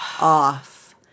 off